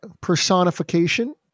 personification